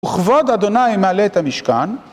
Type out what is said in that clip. וכבוד ה' מלא את המשכן